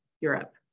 Europe